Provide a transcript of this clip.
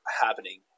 happening